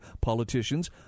politicians